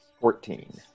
Fourteen